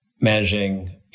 managing